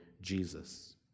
Jesus